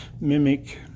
mimic